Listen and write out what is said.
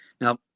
Now